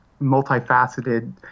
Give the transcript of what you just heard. multifaceted